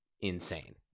insane